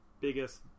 biggest